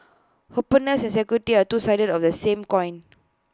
openness and security are two sides of the same coin